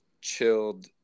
chilled